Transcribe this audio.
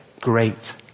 great